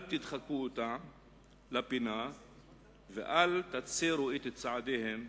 אל תדחקו אותה לפינה ואל תצרו את צעדיהם.